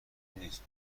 نیست